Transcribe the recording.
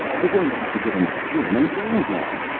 you're going to have to get in the swim and wear one.